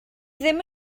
ddim